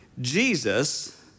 Jesus